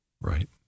Right